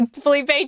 Felipe